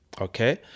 Okay